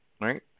Right